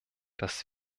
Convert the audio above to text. dass